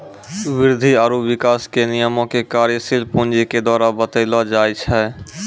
वृद्धि आरु विकास के नियमो के कार्यशील पूंजी के द्वारा बतैलो जाय छै